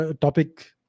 topic